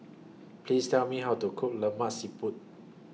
Please Tell Me How to Cook Lemak Siput